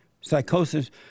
psychosis